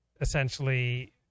essentially